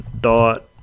dot